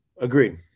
agreed